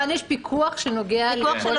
כאן יש פיקוח שנוגע לחברות השר.